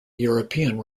european